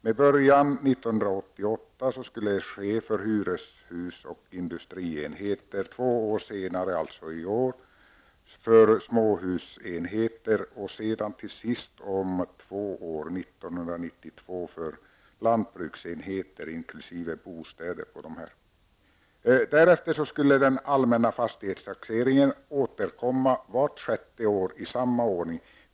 Det skulle ske med början 1988 för hyreshus och industrienheter, två år senare, år 1990 -- alltså i år -- för småhusenheter och sedan till sist om två år, Den allmänna fastighetstaxeringen skulle därefter återkomma vart sjätte år i samma ordning.